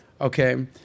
Okay